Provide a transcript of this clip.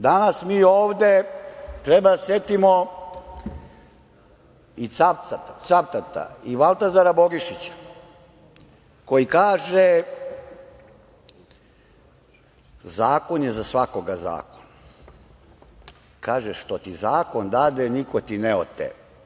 Danas mi ovde treba da se setimo i Cavtata i Valtazara Bogišića, koji kaže - zakon je za svakoga zakon, što ti zakon dade, niko ti ne ote.